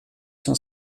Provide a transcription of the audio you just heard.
cent